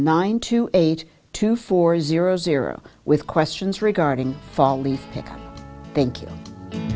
nine two eight two four zero zero with questions regarding